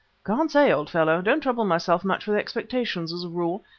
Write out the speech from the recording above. can't say, old fellow. don't trouble myself much with expectations as a rule.